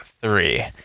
three